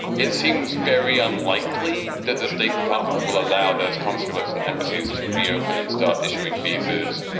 it seems very unlikely that the state department will allow those consulates and embassies to reopen and start issuing visas,